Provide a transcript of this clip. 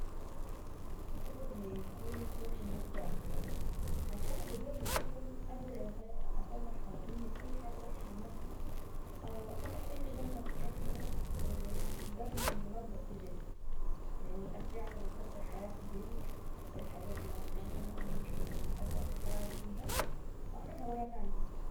يفضل ان يكون الزر اني ارجع بالزمن. عشان الرجوع بالزمن هقدر اصلح او اغير اي حاجة وحشة عملتها او اصلح اي غلطة ارتكبتها قبل ما ابدأ في جديد. يعني ارجع وافكر في حياتي كده واشوف ايه الحاجات اللي انا عملتها وممكن ارجع في قراري فيها واعملها مرة تانية.